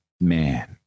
man